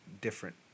different